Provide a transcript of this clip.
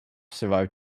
survived